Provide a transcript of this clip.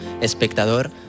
Espectador